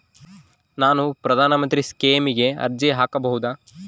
ನಾನು ಪ್ರಧಾನ ಮಂತ್ರಿ ಸ್ಕೇಮಿಗೆ ಅರ್ಜಿ ಹಾಕಬಹುದಾ?